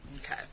Okay